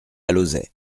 alauzet